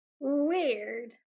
Weird